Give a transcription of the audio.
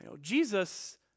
Jesus